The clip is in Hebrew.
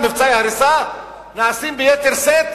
שההריסה, מבצעי ההריסה, נעשים ביתר שאת